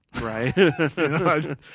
Right